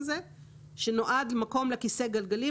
שנועד לכיסא גלגלים.